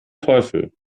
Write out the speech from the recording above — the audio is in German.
teufel